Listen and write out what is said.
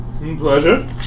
Pleasure